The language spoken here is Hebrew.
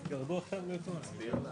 רויות מול ספקים נותני שירות בהקשר של